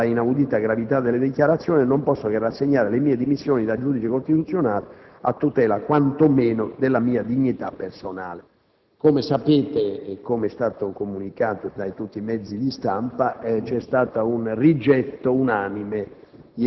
alla inaudita gravità delle dichiarazioni - non posso che rassegnare le mie dimissioni da Giudice costituzionale, a tutela, quanto meno, della mia dignità personale». Come sapete e come è stato comunicato da tutti i mezzi di stampa, vi è stato ieri il rigetto unanime